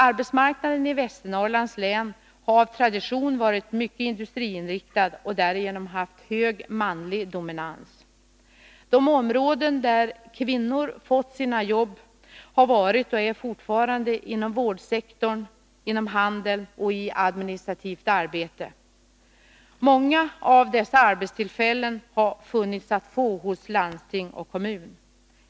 Arbetsmarknaden i Västernorrlands län har av tradition varit mycket industriinriktad och därigenom haft hög manlig dominans. De områden där kvinnor fått sina jobb har varit och är fortfarande vårdsektorn, handeln och administrativt arbete. Många av dessa arbetstillfällen har funnits att få hos kommun och landsting.